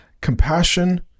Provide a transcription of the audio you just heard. compassion